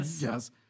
Yes